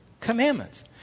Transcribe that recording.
commandments